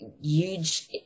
huge